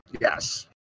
Yes